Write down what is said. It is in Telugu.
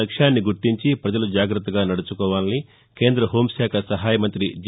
లక్ష్యాల్ని గుర్తించి పజలు జాగత్తగా నదుచుకోవాలని కేంద హోంశాఖ సహాయ మంతి జి